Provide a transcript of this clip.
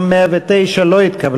גם הסתייגות מס' 109 לא התקבלה.